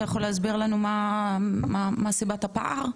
אתה יכול להסביר לנו מה סיבת הפער?